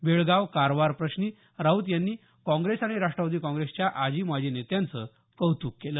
बेळगाव कारवार प्रश्नी राऊत यांनी काँग्रेस आणि राष्टवादी काँग्रेसच्या आजी माजी नेत्यांचं कौतुक केल